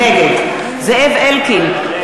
נגד זאב אלקין,